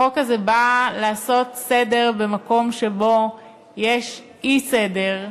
החוק הזה בא לעשות סדר במקום שבו יש אי-סדר,